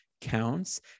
counts